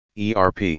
ERP